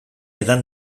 edan